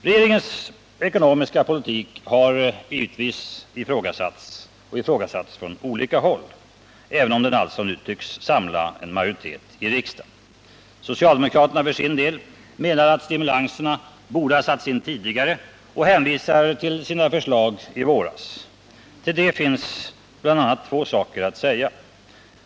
Regeringens ekonomiska politik har givetvis ifrågasatts, och ifrågasatts från olika håll, även om den alltså nu tycks samla en majoritet i riksdagen. Socialdemokraterna för sin del menar att stimulanserna borde ha satts in tidigare och hänvisar till sina förslag i våras. Till det finns bl.a. två saker att säga.